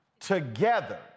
together